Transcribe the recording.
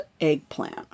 eggplant